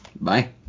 bye